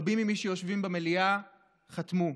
רבים ממי שיושבים במליאה חתמו,